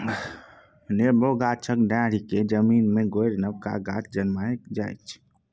नेबो गाछक डांढ़ि केँ जमीन मे गारि नबका गाछ जनमाएल जाइ छै